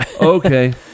Okay